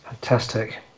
Fantastic